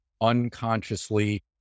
unconsciously